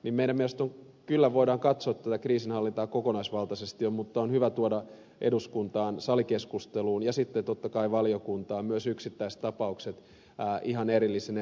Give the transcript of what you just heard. meidän mielestämme kyllä voidaan katsoa tätä kriisinhallintaa kokonaisvaltaisesti jo mutta on hyvä tuoda eduskuntaan salikeskusteluun ja sitten totta kai valiokuntaan myös yksittäistapaukset ihan erillisinä